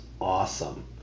awesome